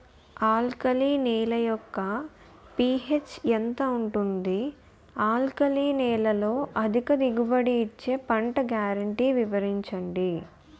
Alkali నేల యెక్క pH ఎంత ఉంటుంది? ఆల్కలి నేలలో అధిక దిగుబడి ఇచ్చే పంట గ్యారంటీ వివరించండి?